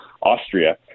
Austria